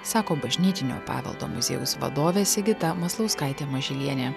sako bažnytinio paveldo muziejaus vadovė sigita maslauskaitė mažylienė